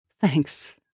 Thanks